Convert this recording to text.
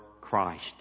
Christ